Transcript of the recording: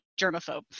germaphobe